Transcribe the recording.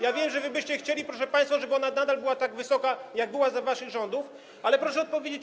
Ja wiem, że wy byście chcieli, proszę państwa, żeby ona nadal była tak wysoka, jak była za waszych rządów, ale proszę powiedzieć.